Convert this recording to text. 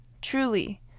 truly